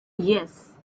yes